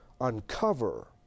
uncover